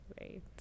right